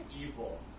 evil